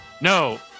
No